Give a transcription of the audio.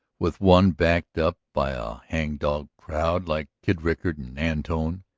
with one backed up by a hang-dog crowd like kid rickard and antone,